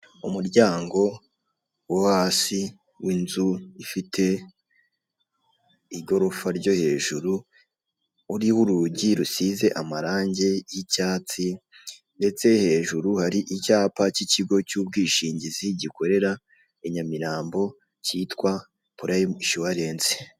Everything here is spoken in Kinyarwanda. Umuryango wo hasi w'inzu ifite igorofa ryo hejuru, uriho urugi rusize amarange y'icyatsi ndetse hejuru hari icyapa cy'ikigo cy'ubwishingizi gikorera i Nyamirambo kitwa purayimu inshuwarensi.